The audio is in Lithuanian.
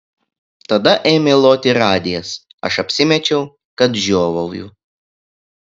tada ėmė loti radijas aš apsimečiau kad žiovauju